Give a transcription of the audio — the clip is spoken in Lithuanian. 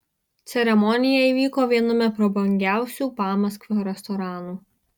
ceremonija įvyko viename prabangiausių pamaskvio restoranų